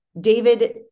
David